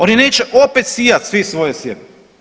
Oni neće opet sijati svi svoje sjeme.